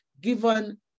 given